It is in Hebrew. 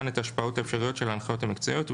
את ההשפעות האפשריות של ההנחיות המקצועיות,